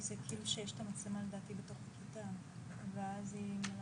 מה שחשוב להדגיש זה שיש כלים שאנחנו הוצאנו